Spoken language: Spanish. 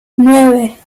nueve